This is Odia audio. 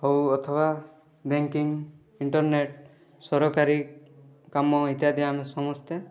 ହେଉ ଅଥବା ବ୍ୟାଙ୍କିଙ୍ଗ୍ ଇଣ୍ଟରନେଟ୍ ସରକାରୀ କାମ ଇତ୍ୟାଦି ଆମେ ସମସ୍ତେ